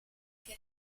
che